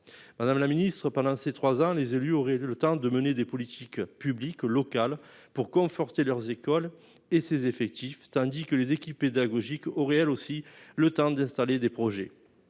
Madame la Ministre, pendant ces 3 ans, les élus auraient eu le temps de mener des politiques publiques locales pour conforter leurs écoles et ses effectifs tandis que les équipes pédagogiques au réel aussi le temps d'installer des projets.